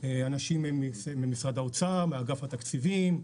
אנשים ממשרד האוצר, מאגף התקציבים,